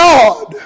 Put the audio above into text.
God